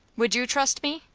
would you trust me?